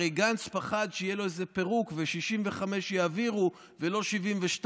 הרי גנץ פחד שיהיה לו איזה פירוק ו-65 יעבירו ולא 72,